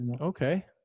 Okay